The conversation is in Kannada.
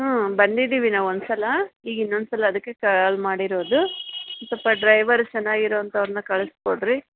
ಹ್ಞೂ ಬಂದಿದ್ದೀವಿ ನಾವು ಒಂದು ಸಲ ಈಗ ಇನ್ನೊಂದ್ಸಲ ಅದಕ್ಕೆ ಕಾಲ್ ಮಾಡಿರೋದು ಸ್ವಲ್ಪ ಡ್ರೈವರ್ ಚೆನ್ನಾಗಿರೋವಂಥವ್ರ್ನ ಕಳಿಸ್ಕೊಡ್ರಿ